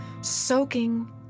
soaking